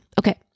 Okay